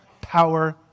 power